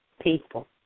people